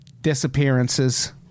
disappearances